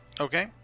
Okay